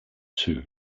two